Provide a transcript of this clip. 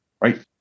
right